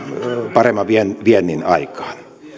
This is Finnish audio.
paremman viennin aikaan